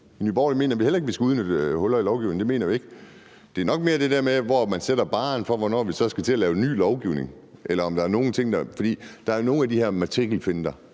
i Nye Borgerlige heller ikke mener, at man skal udnytte huller i lovgivningen, men at det mere handler om det der med, hvor man sætter barren for, hvornår vi så skal til at lave ny lovgivning, for nogle af de her matrikelfinter